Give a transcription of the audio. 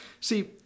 See